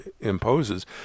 imposes